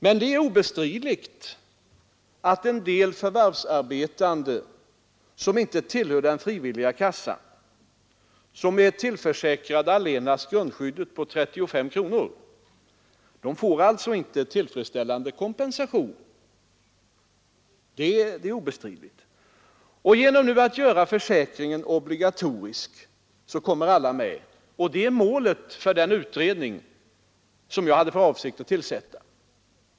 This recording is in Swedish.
Men det är obestridligt att en del förvärvsarbetande, som inte tillhör den frivilliga kassan och som är tillförsäkrade allenast grundskyddet på 35 kronor, inte får tillfredsställande kompensation. Om vi nu gör försäkringen obligatorisk kommer alla med, och det är målet för den utredning som vi hade för avsikt att tillsätta.